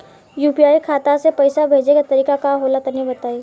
UPI खाता से पइसा भेजे के तरीका का होला तनि बताईं?